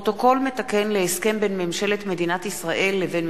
פרוטוקול מתקן להסכם בין ממשלת מדינת ישראל לבין